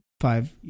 five